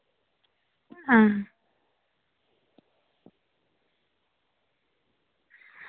आं